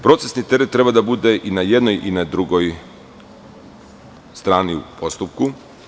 Procesni teret treba da bude na jednoj i na drugoj strani u postupku.